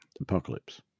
Apocalypse